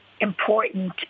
important